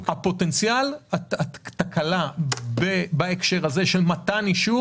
פוטנציאל התקלה בהקשר הזה של מתן אישור